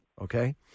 okay